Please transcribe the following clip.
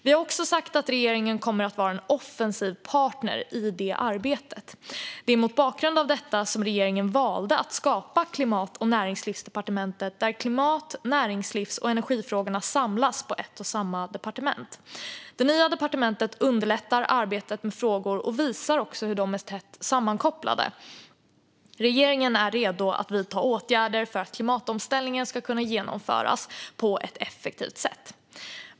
Vi har också sagt att regeringen kommer att vara en offensiv partner i det arbetet. Det är mot bakgrund av detta som regeringen valde att skapa Klimat och näringslivsdepartementet där klimat-, näringslivs och energifrågorna samlas på ett och samma departement. Det nya departementet underlättar arbetet med frågorna och visar att de är tätt sammankopplade. Regeringen är redo att vidta åtgärder för att klimatomställningen ska kunna genomföras på ett effektivt sätt.